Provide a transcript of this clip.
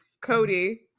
Cody